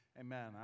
amen